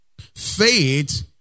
Faith